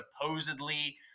supposedly